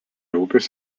upės